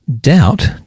doubt